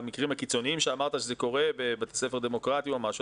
במקרים הקיצוניים שאמרת שזה קורה בבתי ספר דמוקרטיים ואחרים,